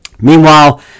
Meanwhile